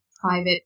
private